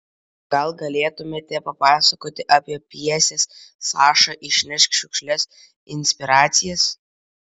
gal galėtumėte papasakoti apie pjesės saša išnešk šiukšles inspiracijas